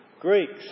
Greeks